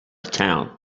town